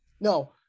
No